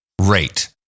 rate